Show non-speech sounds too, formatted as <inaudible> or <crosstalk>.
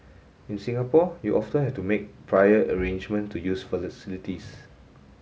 in Singapore you often have to make prior arrangement to use <unintelligible>